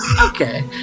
okay